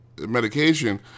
Medication